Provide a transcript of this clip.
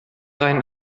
rein